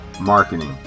marketing